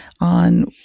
on